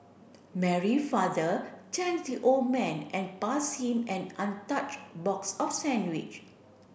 Mary father thank the old man and passed him an untouched box of sandwich